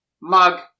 Mug